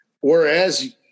Whereas